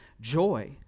joy